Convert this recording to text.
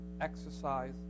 exercise